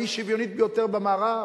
האי-שוויונית ביותר במערב,